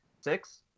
six